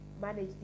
manage